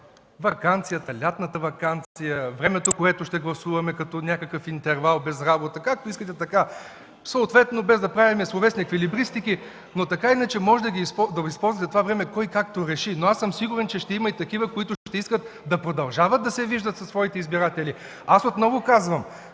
да използва лятната ваканция, времето, което ще гласуваме като някакъв интервал без работа, както искате – така. Без да правим словесни еквилибристики, така или иначе можете да използвате това време кой както реши. Аз съм сигурен, че ще има и такива, които ще искат да продължават да се виждат със своите избиратели. Отново казвам,